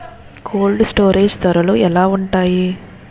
Cold storage ధరలు ఎలా ఉంటాయి?